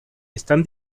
están